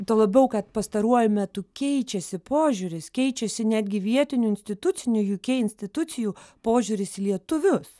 tuo labiau kad pastaruoju metu keičiasi požiūris keičiasi netgi vietinių institucinių ju kei institucijų požiūris į lietuvius